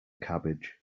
cabbage